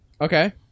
Okay